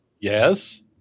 Yes